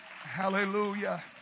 Hallelujah